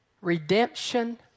redemption